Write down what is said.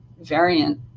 variant